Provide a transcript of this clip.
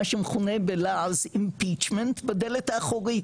מה שמכונה בלעז אימפיצ'מנט בדלת האחורית.